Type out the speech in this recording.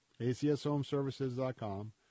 acshomeservices.com